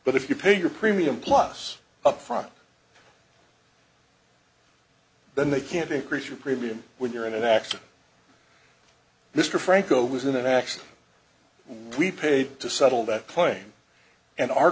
but if you pay your premium plus up front then they can't increase your premium when you're in an accident mr franco was in an accident we paid to settle that claim and our